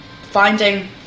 finding